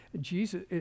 Jesus